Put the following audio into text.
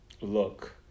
look